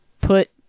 put